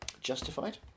Justified